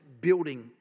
building